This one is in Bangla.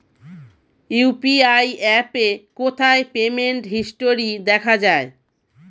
ইউ.পি.আই অ্যাপে কোথায় পেমেন্ট হিস্টরি দেখা যায়?